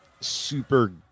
super